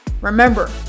Remember